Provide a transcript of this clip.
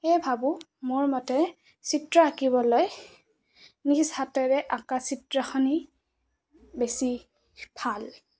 সেয়ে ভাবোঁ মোৰ মতে চিত্ৰ আঁকিবলৈ নিজ হাতেৰে অঁকা চিত্ৰখনি বেছি ভাল